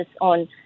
on